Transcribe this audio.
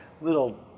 little